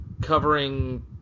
covering